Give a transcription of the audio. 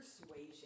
persuasion